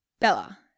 Bella